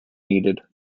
needed